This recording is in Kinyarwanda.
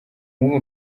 nk’ubu